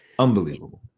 Unbelievable